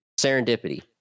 Serendipity